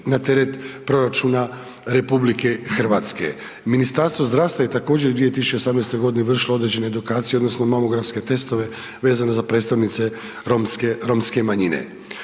na teret proračuna RH. Ministarstvo zdravstva je također 2018. g. vršilo određene edukacije odnosno mamografske testove vezano za predstavnice romske manjine.